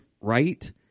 right